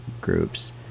groups